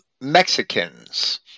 Mexicans